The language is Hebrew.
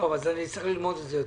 אני צריך ללמוד את זה.